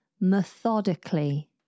methodically